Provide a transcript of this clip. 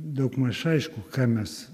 daugmaž aišku ką mes